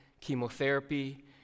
chemotherapy